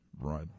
Right